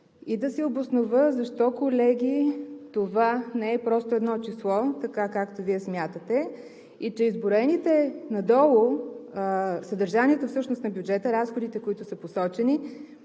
Да се обоснова защо, колеги, това не е просто едно число, така както Вие смятате, и че изброените надолу… Всъщност съдържанието на бюджета, разходите, които са посочени,